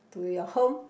to your home